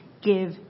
give